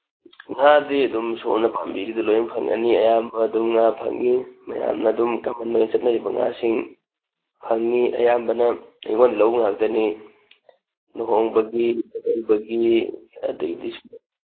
ꯉꯥꯗꯤ ꯑꯗꯨꯝ ꯁꯣꯝꯅ ꯄꯥꯝꯕꯤꯔꯤꯗꯣ ꯂꯣꯏꯅ ꯐꯪꯒꯅꯤ ꯑꯌꯥꯝꯕ ꯑꯗꯨꯝ ꯉꯥ ꯐꯪꯉꯤ ꯃꯌꯥꯝꯅ ꯑꯗꯨꯝ ꯀꯃꯟ ꯑꯣꯏꯅ ꯆꯠꯅꯔꯤꯕ ꯉꯥꯁꯤꯡ ꯐꯪꯉꯤ ꯑꯌꯥꯝꯕꯅ ꯑꯩꯉꯣꯟꯗꯩ ꯂꯧꯕ ꯉꯥꯛꯇꯅꯤ ꯂꯨꯍꯣꯡꯕꯒꯤ ꯆꯥꯛꯀꯧꯕꯒꯤ ꯑꯗꯩꯗꯤ